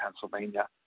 Pennsylvania